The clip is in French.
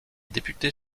débuté